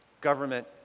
government